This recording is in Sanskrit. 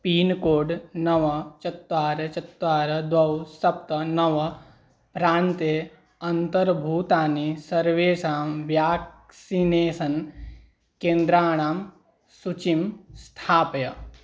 पीन्कोड् नव चत्वारि चत्वारि द्वे सप्त नव प्रान्ते अन्तर्भूतानि सर्वेषां व्याक्सिनेसन् केन्द्राणां सुचीं स्थापय